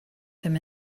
them